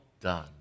done